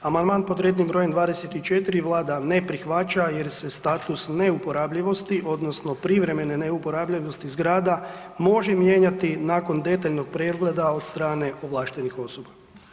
Amandman pod rednim brojem 24 Vlada ne prihvaća jer se status neuporabljivosti odnosno privremene neuporabljivosti zgrada može mijenjati nakon detaljnog pregleda od strane ovlaštenih osoba.